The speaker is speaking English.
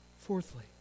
Fourthly